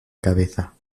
cabeza